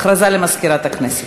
הכרזה למזכירת הכנסת.